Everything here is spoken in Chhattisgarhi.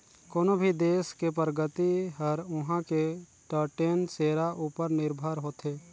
कोनो भी देस के परगति हर उहां के टटेन सेरा उपर निरभर होथे